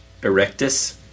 Erectus